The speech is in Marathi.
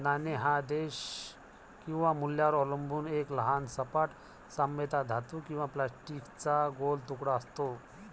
नाणे हा देश किंवा मूल्यावर अवलंबून एक लहान सपाट, सामान्यतः धातू किंवा प्लास्टिकचा गोल तुकडा असतो